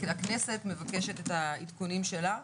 הכנסת מבקשת את העדכונים שלה,